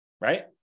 Right